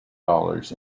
dollars